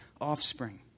offspring